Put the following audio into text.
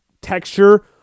texture